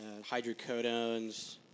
hydrocodones